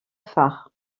phare